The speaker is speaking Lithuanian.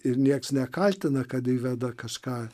ir nieks nekaltina kad veda kažką